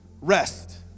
rest